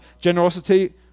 Generosity